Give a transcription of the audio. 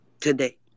today